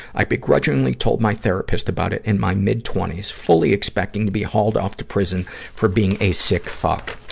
i've begrudgingly told my therapist about it in my mid twenty s, fully expecting to be hauled off to prison for being a sick fuck.